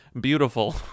beautiful